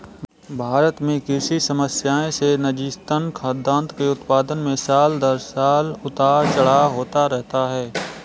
भारत में कृषि समस्याएं से नतीजतन, खाद्यान्न के उत्पादन में साल दर साल उतार चढ़ाव होता रहता है